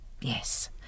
Yes